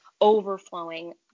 overflowing